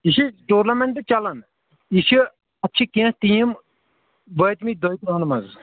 یہِ چھِ ٹورنامٮ۪نٛٹ چلان یہِ چھِ اَتھ چھِ کینٛہہ ٹیٖم وٲتۍ مٕتۍ دۄیہِ تَرٛہَن منٛز